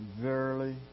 verily